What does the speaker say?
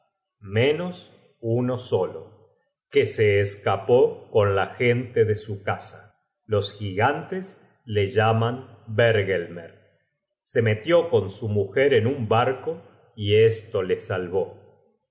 menos uno solo que se escapó con la gente de su casa los gigantes le llaman bergelmer se metió con su mujer en un barco y esto le salvó de